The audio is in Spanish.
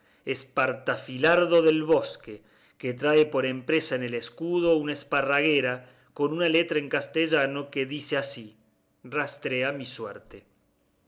nerbia espartafilardo del bosque que trae por empresa en el escudo una esparraguera con una letra en castellano que dice así rastrea mi suerte